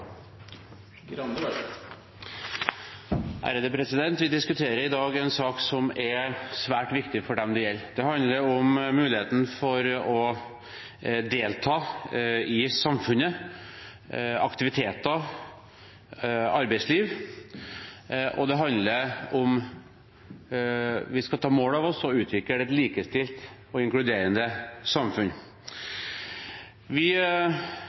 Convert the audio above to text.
svært viktig for dem det gjelder. Det handler om muligheten til å delta i samfunnet, i aktiviteter og i arbeidsliv, og det handler om hvorvidt vi skal ta mål av oss til å utvikle et likestilt og inkluderende samfunn. Vi